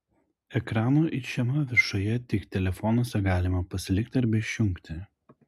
ekrano išėma viršuje tik telefonuose galima pasilikti arba išjungti